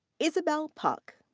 isabel puck.